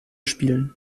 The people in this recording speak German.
spielen